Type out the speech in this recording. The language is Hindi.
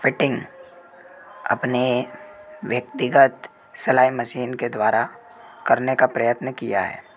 फिटिंग अपनी व्यक्तिगत सिलाई मशीन के द्वारा करने का प्रयत्न किया है